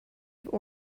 give